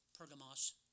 Pergamos